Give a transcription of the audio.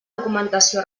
documentació